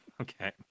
Okay